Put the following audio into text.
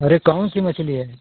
अरे कौन सी मछली है